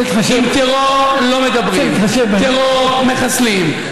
עם טרור לא מדברים, טרור מחסלים.